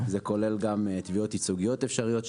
זה כולל גם תביעות ייצוגיות אפשריות,